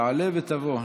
תעלה ותבוא.